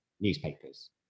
newspapers